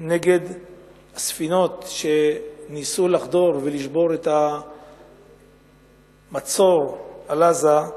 נגד ספינות שניסו לחדור ולשבור את המצור על עזה,